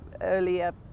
earlier